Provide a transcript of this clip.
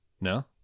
No